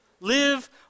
Live